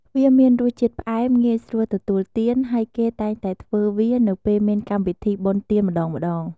វាមានរសជាតិផ្អែម ងាយស្រួលទទួលទាន ហើយគេតែងតែធ្វើវានៅពេលមានកម្មវិធីបុណ្យទានម្តងៗ។